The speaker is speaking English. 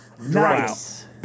Nice